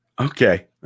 Okay